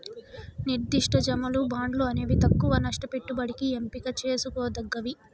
నిర్దిష్ట జమలు, బాండ్లు అనేవి తక్కవ నష్ట పెట్టుబడికి ఎంపిక చేసుకోదగ్గవి